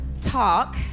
talk